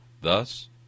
Thus